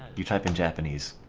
do you type and japanese